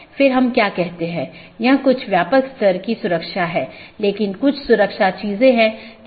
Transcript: इसके बजाय हम जो कह रहे हैं वह ऑटॉनमस सिस्टमों के बीच संचार स्थापित करने के लिए IGP के साथ समन्वय या सहयोग करता है